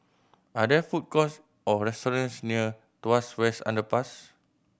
are there food courts or restaurants near Tuas West Underpass